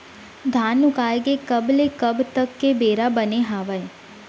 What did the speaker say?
धान उगाए के कब ले कब तक के बेरा बने हावय?